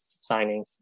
signing